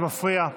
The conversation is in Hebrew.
זה מפריע.